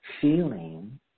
feeling